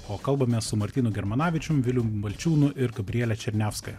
o kalbame su martynu germanavičiumi viliumi balčiūnu ir gabrielę černiauską